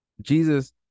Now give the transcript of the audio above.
Jesus